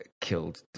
killed